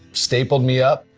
stapled me up,